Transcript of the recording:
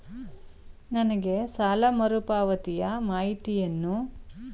ನನಗೆ ಸಾಲ ಮರುಪಾವತಿಯ ಮಾಹಿತಿಯನ್ನು ಬ್ಯಾಂಕಿನ ಅಧಿಕಾರಿಗಳು ತಿಳಿಸುವರೇ?